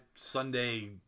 Sunday